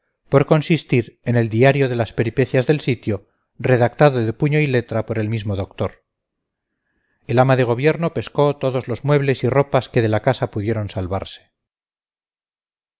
por consistir en el diario de las peripecias del sitio redactado de puño y letra por el mismo doctor el ama de gobierno pescó todos los muebles y ropas que de la casa pudieron salvarse